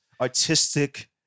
Artistic